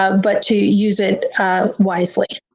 ah but to use it wisely.